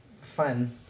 Fun